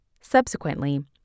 Subsequently